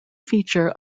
feature